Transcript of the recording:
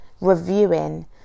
reviewing